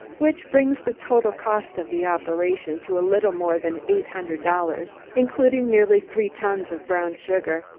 which brings the total cost of the operation to a little more than eight hundred dollars, including nearly three tons of brown sugar.